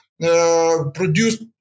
Produced